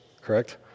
correct